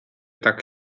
tak